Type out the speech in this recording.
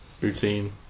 routine